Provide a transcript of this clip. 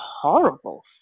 horrible